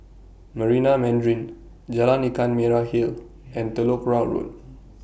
Marina Mandarin Jalan Ikan Merah Hill and Telok Kurau Road